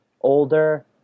older